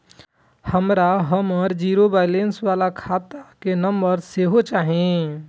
हमरा हमर zero balance बाला खाता के नम्बर सेहो चाही